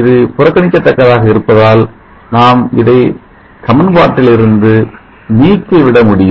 இது புறக்கணிக்க தக்கதாக இருப்பதால் நாம் இதை சமன்பாட்டில் இருந்து நீக்கிவிட முடியும்